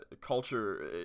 culture